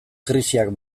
krisiak